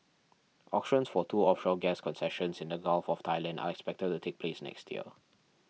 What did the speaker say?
auctions for two offshore gas concessions in the Gulf of Thailand are expected to take place next year